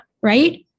Right